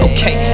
Okay